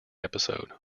episode